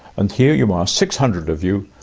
and here you are, six hundred of you,